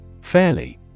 Fairly